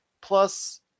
plus